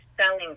selling